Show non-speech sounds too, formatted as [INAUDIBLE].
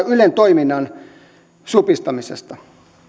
[UNINTELLIGIBLE] ylen toiminnan supistamisesta